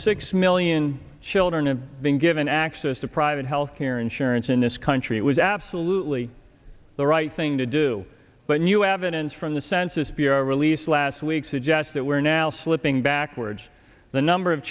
six million children have been given access to private health care insurance in this country it was absolutely the right thing to do but new evidence from the census bureau released last week suggests that we're now slipping backwards the number of